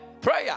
prayer